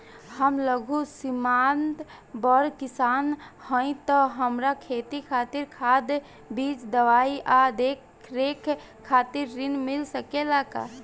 हम लघु सिमांत बड़ किसान हईं त हमरा खेती खातिर खाद बीज दवाई आ देखरेख खातिर ऋण मिल सकेला का?